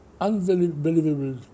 unbelievable